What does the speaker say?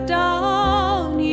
down